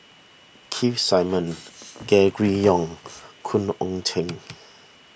Keith Simmons Gregory Yong Khoo Oon Teik